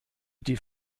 die